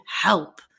help